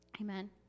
Amen